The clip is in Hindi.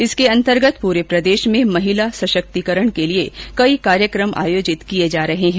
इसके अंतर्गत पूरे प्रदेश में महिला सशक्तिकरण के लिए कई कार्यक्रम आयोजित किए जा रहे है